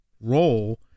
role